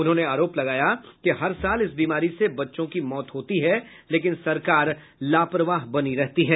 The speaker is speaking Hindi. उन्होंने आरोप लगाया कि हर साल इस बीमारी से बच्चों की मौत होती है लेकिन सरकार लापरवाह बनी रहती है